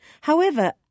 However